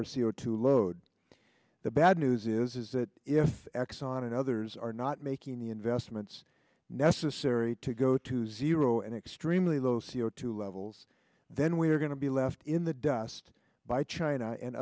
o two load the bad news is that if exxon and others are not making the investments necessary to go to zero and extremely low c o two levels then we are going to be left in the dust by china and